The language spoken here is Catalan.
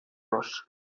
los